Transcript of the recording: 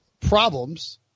problems